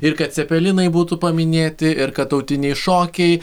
ir kad cepelinai būtų paminėti ir kad tautiniai šokiai